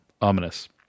Ominous